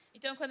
Então